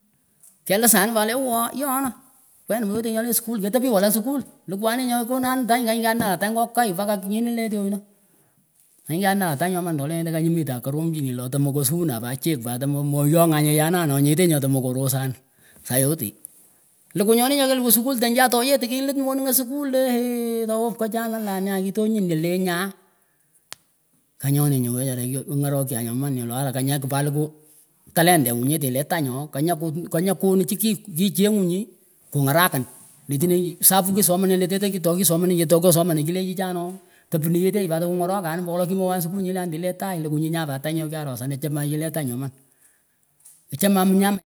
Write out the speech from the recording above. Kelisanih pat tahawon yooh anah wenah mewetenyih nyoleh skull ketaa pich walak skull likuh anih nyoh kenanin tany konyih kyanah tany kokai mpaka nyinileh tyoninah kanyih kianaah tany nyoman tolenyeteh kanyih mitah koromchinih toh tahmeh kasuunah pa chik pat tomah moyongnyeyeh yanah nyetih nyoman kerosah sayoteh kikuh nyonih nyokilukuh skull tah nyoh tayeh tikilit moningah skull heheheeh towah pkachanin neeah alah kitonyinyah lenyonihah nguh wechara ki kyorokchah nyoman nguh alah kanyah kpalukuh taletenguh nyeteh leh tahnyooh kanyah kaut kanyah nkonuchih ki kichengunyih kungarakin letineh kisomeneh leteteh tokisomenenyeh tohkyosomenah chileh chichah noo tepunuh yeteyih pat tohkungorokanin ombo wolo kimowan skull nyileh leh tagh likuhnyinyah pat tany nyoh kyorosan achaman nyileh tany nyoman achaman mnyama.